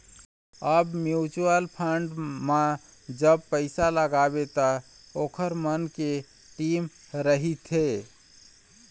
अब mutual fund म जब पइसा लगाबे त ओखर मन के टीम रहिथे